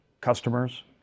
customers